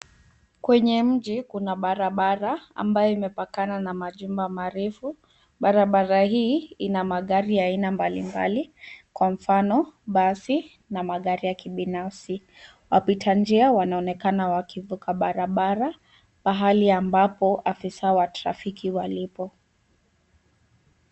Kwenye mji kuna barabara ambayo imepakana na majumba marefu . Barabara hii ina magari aina mbalimbali kwa mfano basi na magari ya kibinafsi . Wapita njia wanaonekana wakivuka barabara pahali ambapo afisa wa trafiki walipo.